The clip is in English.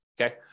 okay